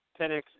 Penix